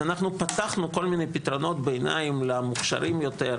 אז אנחנו פתחנו כל מיני פתרונות, למוכשרים יותר,